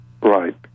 Right